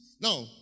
Now